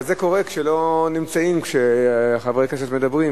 אבל זה קורה כשלא נמצאים כשחברי כנסת מדברים,